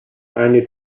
andy